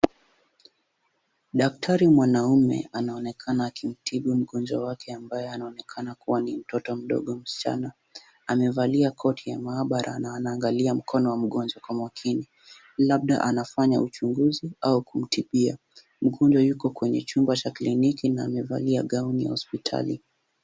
Daktari mwanaume anaonekana akimtibu mgonjwa wake ambaye anaonekana kuwa ni mtoto mdogo msichana. Amevalia koti ya maabara na anaangalia mkono wa mgonjwa kwa makini. Labda anafanya uchunguzi au kumtibia. Mgonjwa yuko kwenye chumba cha kliniki na amevalia gauni ya hospitali.